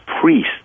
priest